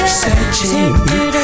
searching